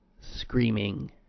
screaming